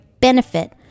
benefit